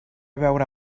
veure